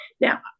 Now